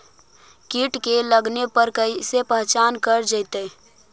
कीट के लगने पर कैसे पहचान कर जयतय?